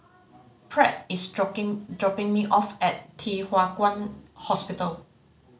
Pratt is dropping dropping me off at Thye Hua Kwan Hospital